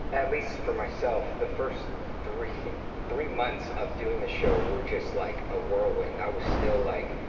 at least for myself, the first three three months of doing the show were just like a whirlwind. i was still like,